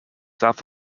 south